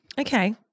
Okay